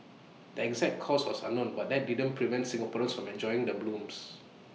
the exact cause was unknown but that didn't prevent Singaporeans from enjoying the blooms